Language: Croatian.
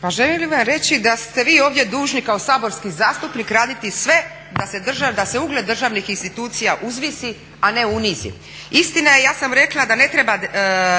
Pa želim vam reći da ste vi ovdje dužni kao saborski zastupnik raditi sve da se ugled državnih institucija uzvisi, a ne unizi. Istina je i ja sam rekla da ne treba